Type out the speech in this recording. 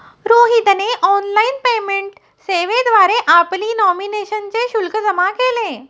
रोहितने online payment सेवेद्वारे आपली नॉमिनेशनचे शुल्क जमा केले